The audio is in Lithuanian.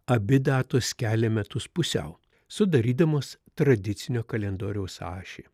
abi datos skelia metus pusiau sudarydamos tradicinio kalendoriaus ašį